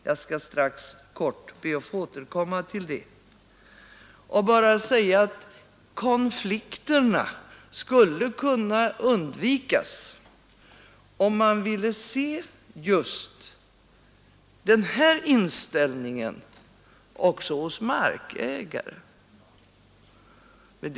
Jag skall strax kort återkomma till det och nu bara säga att konflikterna skulle kunna undvikas om man ville se den här inställningen också hos markägaren.